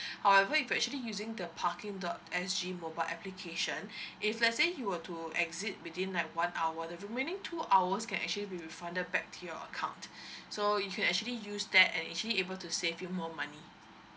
however if you actually using the parking dot S_G mobile application if let's say you were to exit within like one hour the remaining two hours can actually be refunded back to your account so you can actually use that and actually able to save you more money